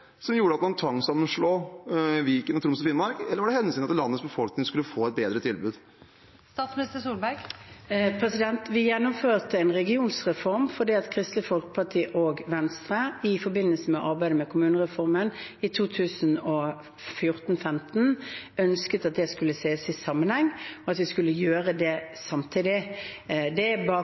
som gjorde at man tvangssammenslo til Viken og til Troms og Finnmark, eller var det av hensyn til at landets befolkning skulle få et bedre tilbud? Vi gjennomførte en regionreform fordi Kristelig Folkeparti og Venstre i forbindelse med arbeidet med kommunereformen i 2014–2015 ønsket at det skulle ses i sammenheng, at vi skulle gjøre det samtidig. Det